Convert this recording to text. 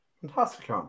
Fantastic